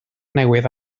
newydd